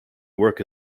work